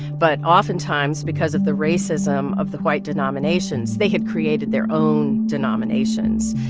but oftentimes, because of the racism of the white denominations, they had created their own denominations.